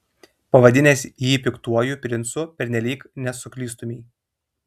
pavadinęs jį piktuoju princu pernelyg nesuklystumei